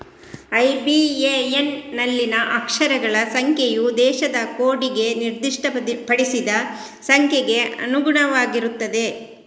IBAN ನಲ್ಲಿನ ಅಕ್ಷರಗಳ ಸಂಖ್ಯೆಯು ದೇಶದ ಕೋಡಿಗೆ ನಿರ್ದಿಷ್ಟಪಡಿಸಿದ ಸಂಖ್ಯೆಗೆ ಅನುಗುಣವಾಗಿರುತ್ತದೆ